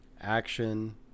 action